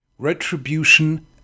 Retribution